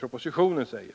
på samma sätt.